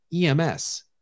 EMS